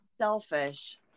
selfish